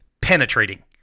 penetrating